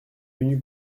venu